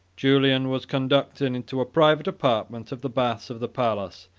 julian was conducted into a private apartment of the baths of the palace,